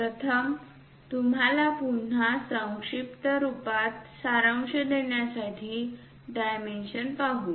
प्रथम तुम्हाला पुन्हा संक्षिप्त रुपात सारांश देण्यासाठी डायमेन्शन पाहू